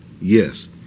Yes